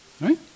Right